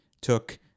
took